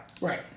Right